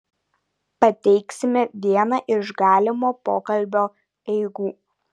pateiksime vieną iš galimo pokalbio eigų